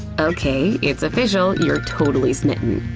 okay, it's official, you're totally smitten.